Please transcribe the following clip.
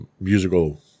musical